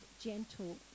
gentle